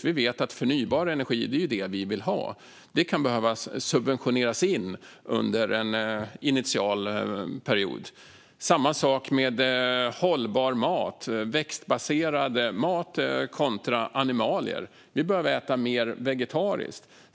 Vi vet att det är förnybar energi vi vill ha, och det kan behöva subventioneras in under en initial period. Det är samma sak med hållbar mat och växtbaserad mat kontra animalier. Vi behöver äta mer vegetariskt.